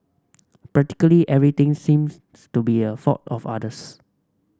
practically everything seems to be a fault of others